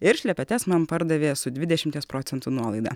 ir šlepetes man pardavė su dvidešimties procentų nuolaida